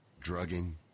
drugging